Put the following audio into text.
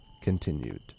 continued